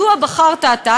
מדוע בחרת אתה,